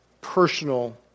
personal